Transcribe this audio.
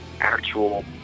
actual